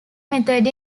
method